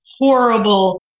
horrible